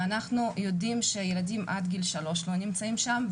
אנחנו יודעים שילדים עד גיל שלוש לא נמצאים שם,